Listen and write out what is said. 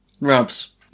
Rubs